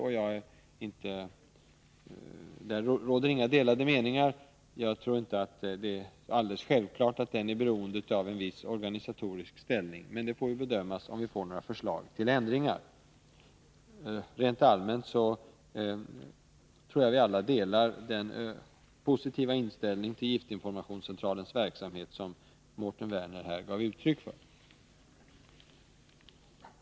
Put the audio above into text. På den punkten råder det inga delade meningar. Jag tror inte att det är självklart att den är beroende av en viss organisatorisk ställning, men det får vi som sagt bedöma, om vi får några förslag till ändringar. Rent allmänt tror jag vi alla delar den positiva inställning till giftinformationscentralens verksamhet som Mårten Werner här gav uttryck för.